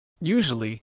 Usually